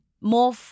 more